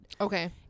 Okay